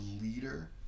leader